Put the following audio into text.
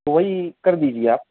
تو وہی کردیجیے آپ